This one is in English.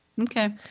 Okay